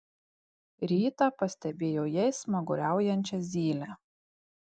rytą pastebėjo jais smaguriaujančią zylę